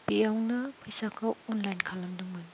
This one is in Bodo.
बेयावनो फैसाखौ अनलाइन खालामदोंमोन